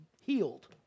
healed